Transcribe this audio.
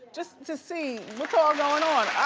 just to see what's all going on.